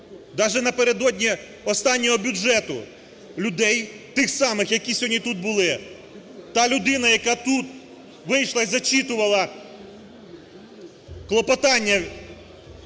даже напередодні останнього бюджету – людей, тих самих, які сьогодні тут були, та людина, яка тут вийшла і зачитувала клопотання